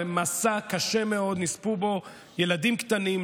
זה מסע קשה מאוד ונספו בו ילדים קטנים,